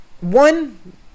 One